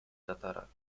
tatarak